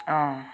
অঁ